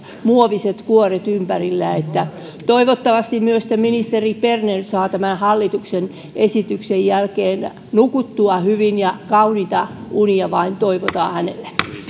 muoviset kuoret ympärillä toivottavasti myös ministeri berner saa tämän hallituksen esityksen jälkeen nukuttua hyvin ja kauniita unia vain toivotaan hänelle arvoisa